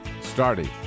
Starting